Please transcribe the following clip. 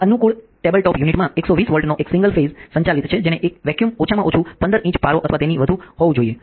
આ અનુકૂળ ટેબલટોપ યુનિટમાં 120 વોલ્ટનો એક સિંગલ ફેઝસંચાલિત છે જેને એ વેક્યૂમ ઓછામાં ઓછું 15 ઇંચ પારો અથવા તેથી વધુ હોવું જોઈએ